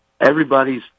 everybody's